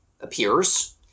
appears